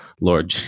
Lord